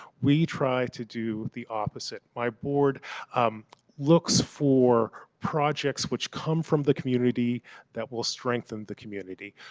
we try to do the opposite. my board looks for projects which come from the community that will strengthen the community.